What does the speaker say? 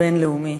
הבין-לאומי,